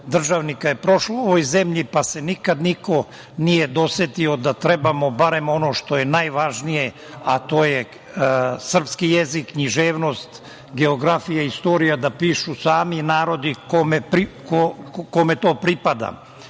državnika je prošlo u ovoj zemlji, pa se niko nikada nije dosetio da trebamo, barem ono što je najvažnije, a to je srpski jezik, književnost, geografija, istorija, da pišu sami narodi kome to pripada.